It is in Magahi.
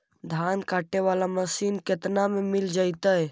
धान काटे वाला मशीन केतना में मिल जैतै?